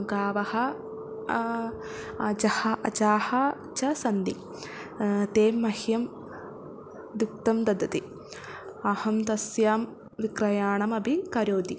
गावः अजः अजाः च सन्ति ते मह्यं दुग्धं ददति अहं तस्यां विक्रयणमपि करोति